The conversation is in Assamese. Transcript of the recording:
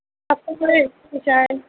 খুলি চায়